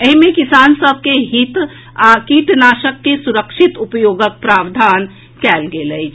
एहि मे किसान सभ के हित आ कीटनाशक के सुरक्षित उपयोगक प्रावधान कयल गेल अछि